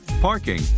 parking